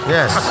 Yes